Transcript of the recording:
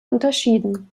unterschieden